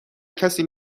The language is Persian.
کسی